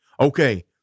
Okay